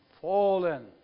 fallen